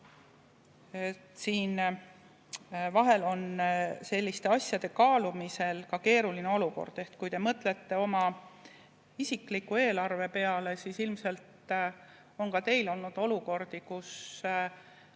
siin vahel on selliste asjade kaalumisel ka keeruline olukord. Ehk kui te mõtlete oma isikliku eelarve peale, siis ilmselt on ka teil olnud olukordi, kus